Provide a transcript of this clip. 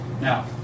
Now